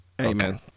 Amen